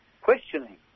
questioning